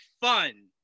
fun